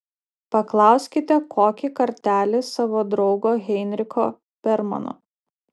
paklauskite kokį kartelį savo draugo heinricho bermano